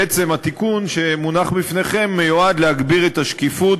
בעצם התיקון שמונח בפניכם מיועד להגביר את השקיפות